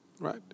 Right